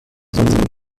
sind